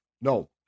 No